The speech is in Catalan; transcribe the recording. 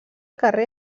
carrer